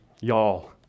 y'all